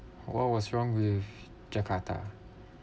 what was wrong with jakarta